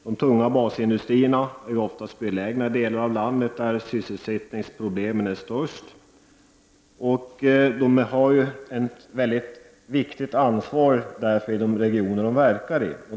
De tunga basindustrierna är ju oftast belägna i de delar av landet där sysselsättningsproblemen är störst, och de har ett mycket stort ansvar för de regioner de verkar i.